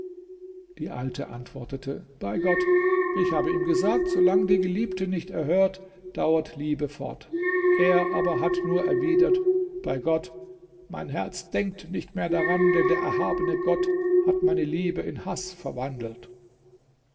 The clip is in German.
die alte antwortete bei gott ich habe ihm gesagt so lang die geliebte nicht erhört dauert liebe fort er aber hat nur erwidert bei gott mein herz denkt nicht mehr daran denn der erhabene gott hat meine liebe in haß verwandelt